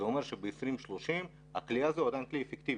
זה אומר שב-2030 הכלי הזה הוא עדיין כלי אפקטיבי.